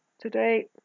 Today